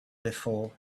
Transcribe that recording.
before